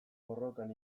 borrokan